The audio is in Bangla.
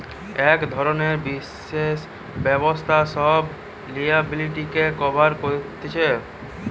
এক ধরণের বিশেষ ব্যবস্থা সব লিয়াবিলিটিকে কভার কতিছে